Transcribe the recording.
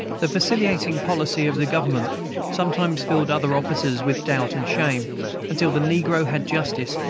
the vacillating policy of the government sometimes filled other officers with doubt and shame until the negro had justice,